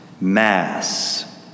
mass